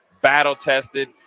battle-tested